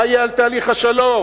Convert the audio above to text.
מה יהיה על תהליך השלום?